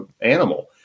animal